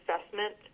assessment